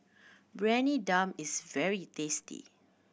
Briyani Dum is very tasty